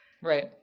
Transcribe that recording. right